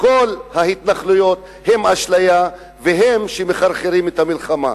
כל ההתנחלויות הן אשליה והן שמחרחרות את המלחמה.